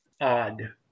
odd